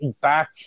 back